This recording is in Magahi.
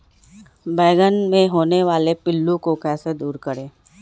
बैंगन मे होने वाले पिल्लू को कैसे दूर करें?